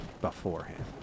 beforehand